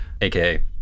aka